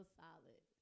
solid